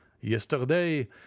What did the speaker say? yesterday